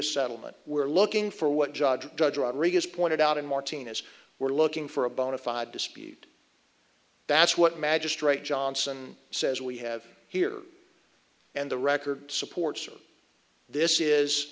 a settlement we're looking for what judge judge rodriguez pointed out in martina's we're looking for a bona fide dispute that's what magistrate johnson says we have here and the record supports or this is